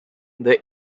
there